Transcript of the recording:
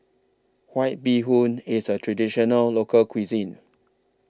White Bee Hoon IS A Traditional Local Cuisine